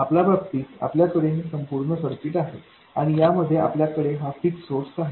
आपल्या बाबतीत आपल्याकडे हे संपूर्ण सर्किट आहे आणि यामध्ये आपल्याकडे हा फिक्स सोर्स आहे